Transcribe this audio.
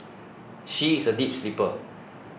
she is a deep sleeper